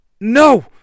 No